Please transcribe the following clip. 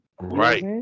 Right